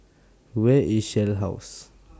Where IS Shell House